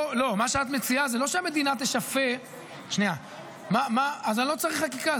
מה שאת מציעה זה לא שהמדינה תשפה ------ אז אני לא צריך חקיקה,